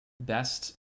best